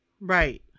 Right